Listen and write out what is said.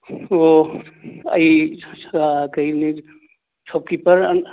ꯑꯣ ꯑꯩ ꯀꯩꯅꯤ ꯁꯣꯞꯀꯤꯄꯔ